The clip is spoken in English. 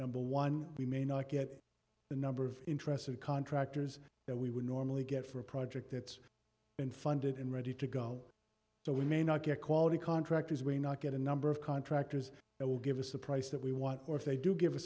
number one we may not get the number of interested contractors that we would normally get for a project that's been funded and ready to go so we may not get quality contractors may not get a number of contractors that will give us the price that we want or if they do give